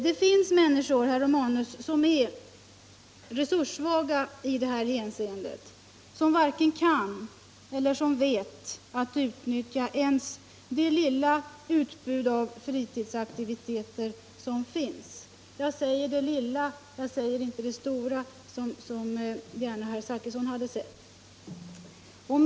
Det finns människor, herr Romanus, som är resurssvaga i det här avseendet och som inte kan utnyttja ens det lilla utbud av fritidsaktiviteter som finns — jag säger det lilla utbudet och inte det stora utbudet, vilket herr Zachrisson väl gärna hade sett att jag gjort.